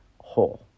whole